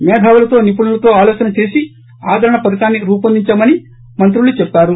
మేధావులతో నిపుణులతో ఆలోచన చేసి ఆదరణ పథకాన్ని రూపొందించామని మంత్రులు చెప్పారు